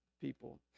people